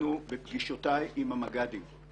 בפגישותיי עם המג"דים,